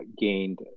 gained